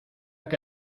que